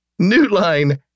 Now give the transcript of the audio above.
Newline